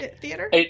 Theater